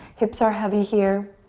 hips are heavy here.